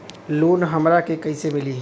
Loan हमरा के कईसे मिली?